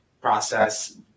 process